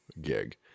gig